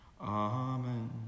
Amen